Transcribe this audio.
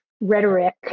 rhetoric